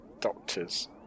Doctors